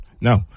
No